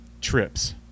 trips